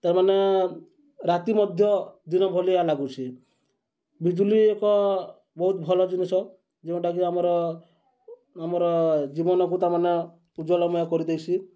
ତାମାନେ ରାତି ମଧ୍ୟ ଦିନ ଭଲିଆ ଲାଗୁଛି ବିଜୁଲି ଏକ ବହୁତ ଭଲ ଜିନିଷ ଯେଉଁଟାକି ଆମର ଆମର ଜୀବନକୁ ତାମାନେ ପୂଜଲମୟ କରିଦେଇସି